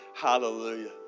Hallelujah